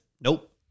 Nope